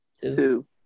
Two